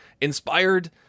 inspired